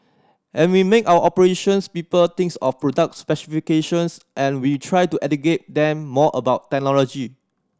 and we make our operations people thinks of products specifications and we try to educate them more about technology